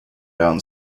down